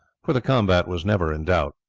for the combat was never in doubt.